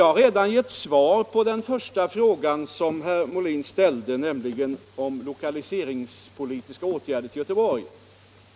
Jag har redan gett svar på herr Molins första fråga, nämligen om lokaliseringspolitiska åtgärder för Göteborg.